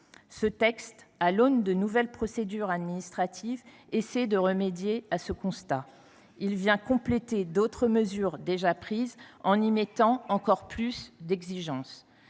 Ce texte, à l’aune de nouvelles procédures administratives, tente de remédier à ce constat. Il vient compléter d’autres mesures déjà prises en y mettant encore plus d’exigences.